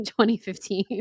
2015